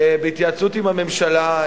בהתייעצות עם הממשלה,